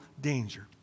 danger